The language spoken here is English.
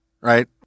right